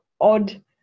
odd